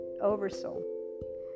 oversoul